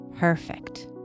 Perfect